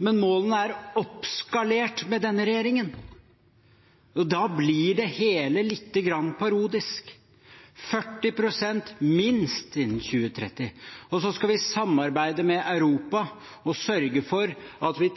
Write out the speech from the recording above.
men målene er oppskalert under denne regjeringen. Da blir det hele lite grann parodisk. 40 pst. – minst – innen 2030 og så skal vi samarbeide med Europa og sørge for at vi